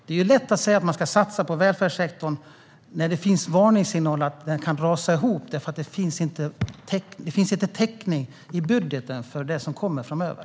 Det är lätt att säga att man ska satsa på välfärdssektorn när det finns varningssignaler om att den kan rasa ihop, eftersom det inte finns täckning i budgeten för det som kommer framöver.